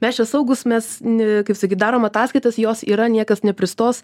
mes čia saugūs mes kaip sakyt darom ataskaitas jos yra niekas nepristos